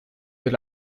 del